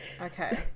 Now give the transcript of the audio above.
Okay